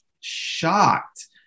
shocked